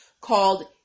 called